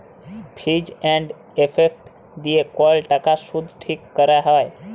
fees and effective দিয়ে কল টাকার শুধ ঠিক ক্যরা হ্যয়